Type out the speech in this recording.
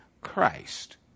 Christ